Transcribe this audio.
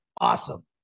Awesome